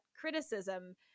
criticism